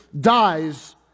dies